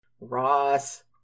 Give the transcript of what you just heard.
Ross